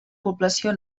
població